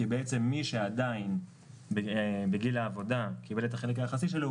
כי מי שעדיין בגיל העבודה קיבל את החלק היחסי שלו,